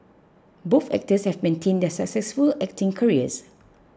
both actors have maintained their successful acting careers